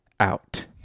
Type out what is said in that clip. Out